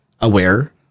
aware